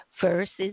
Verses